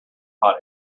hot